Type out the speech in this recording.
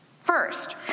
First